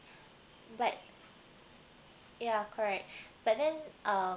but ya correct but then um